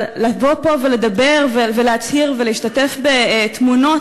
אבל לבוא פה ולדבר ולהצהיר ולהשתתף בתמונות